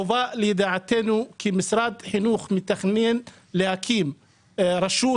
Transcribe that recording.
הובא לידיעתנו כי משרד החינוך מתכנן להקים רשות